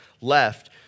left